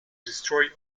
destroy